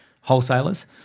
wholesalers